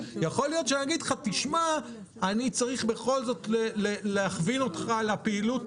יכול להיות שאני אגיד לך: אני צריך בכל זאת להכווין אותך לפעילות